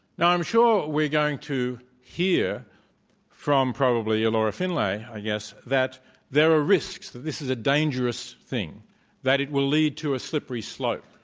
now, i'm sure we're going to hear from probably ilora finlay, i guess, that there are risks that this is a dangerous thing that it will lead to a slippery slope.